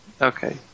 Okay